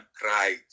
cried